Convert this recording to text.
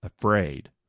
afraid